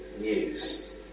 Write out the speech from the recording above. news